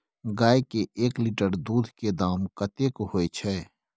गाय के एक लीटर दूध के दाम कतेक होय छै?